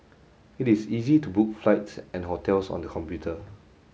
it is easy to book flights and hotels on the computer